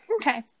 Okay